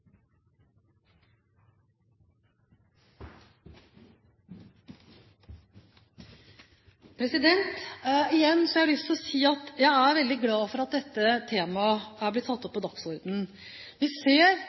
Igjen har jeg lyst til å si at jeg er veldig glad for at dette temaet er blitt satt på dagsordenen. Vi ser